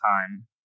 time